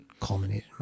culminated